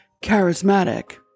charismatic